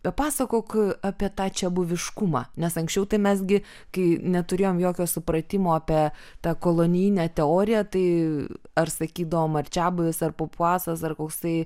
papasakok apie tą čiabuviškumą nes anksčiau tai mes gi kai neturėjom jokio supratimo apie tą kolonijinę teoriją tai ar sakydavom ar čiabuvis ar papuasas dar koksai